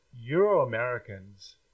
Euro-Americans